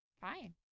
Fine